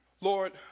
Lord